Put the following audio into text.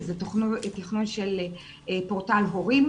זה תכנון של פורטל הורים